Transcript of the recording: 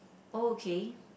oh okay